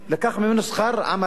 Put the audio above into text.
לקחת ממנו את שכר עמלו?